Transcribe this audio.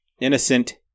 Innocent